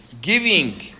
giving